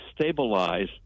stabilize